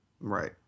Right